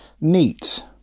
Neat